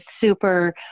super